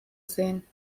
sehen